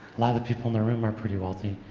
lot of of people in the room are pretty wealthy.